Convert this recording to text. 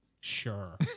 Sure